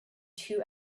two